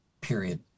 period